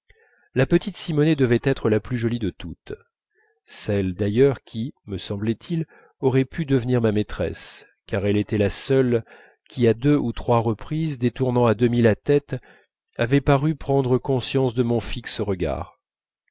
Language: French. la petite simonet devait être la plus jolie de toutes celle d'ailleurs qui me semblait-il aurait pu devenir ma maîtresse car elle était la seule qui à deux ou trois reprises détournant à demi la tête avait paru prendre conscience de mon fixe regard